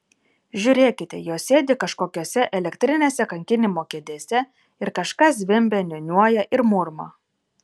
žiūrėkite jos sėdi kažkokiose elektrinėse kankinimo kėdėse ir kažką zvimbia niūniuoja ir murma